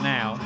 Now